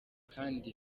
kandi